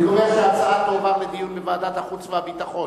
אני קובע שההצעה תועבר לדיון בוועדת החוץ והביטחון.